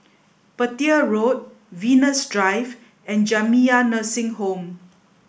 Petir Road Venus Drive and Jamiyah Nursing Home